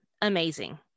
amazing